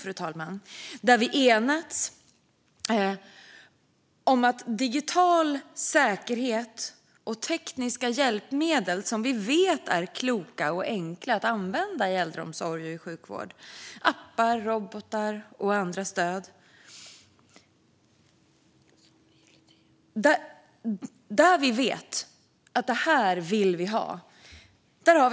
Reservationen handlar om digital säkerhet och tekniska hjälpmedel som vi vet är kloka och enkla att använda i äldreomsorg och sjukvård - appar, robotar och andra stöd som vi vet att vi vill ha.